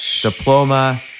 diploma